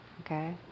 Okay